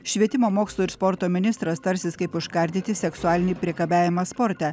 švietimo mokslo ir sporto ministras tarsis kaip užkardyti seksualinį priekabiavimą sporte